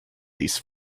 these